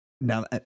now